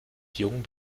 jung